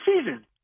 season